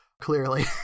clearly